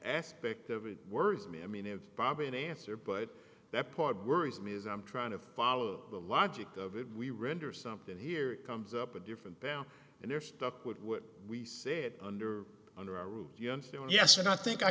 aspect of it worries me i mean of bob in answer but that part worries me is i'm trying to follow the logic of it we render something here it comes up a different band and they're stuck with what we said under under our rules yes and i think i